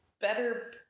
better